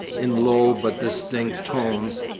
in low but distinct tones,